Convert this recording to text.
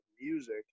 Music